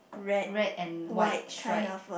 red and white right